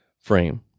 frame